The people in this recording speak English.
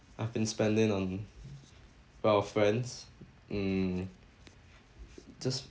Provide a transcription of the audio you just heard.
I've been spending on with our friends mm just